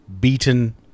beaten